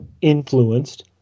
influenced